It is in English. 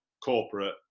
corporate